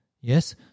Yes